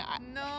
No